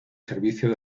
servicio